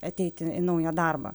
ateiti į naują darbą